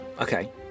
Okay